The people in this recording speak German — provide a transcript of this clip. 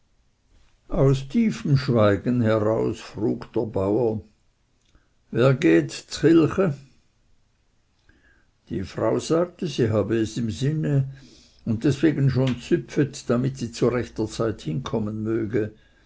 aus tiefem schweigen heraus frug der bauer wer geht zkilche die frau sagte sie habe es im sinne und deswegen schon züpfet damit sie zu rechter zeit hinkommen möge